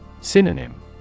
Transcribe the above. Synonym